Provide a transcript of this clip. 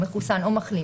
מחוסן או מחלים,